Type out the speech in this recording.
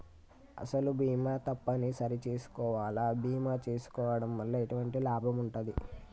అసలు బీమా తప్పని సరి చేసుకోవాలా? బీమా చేసుకోవడం వల్ల ఎటువంటి లాభం ఉంటది?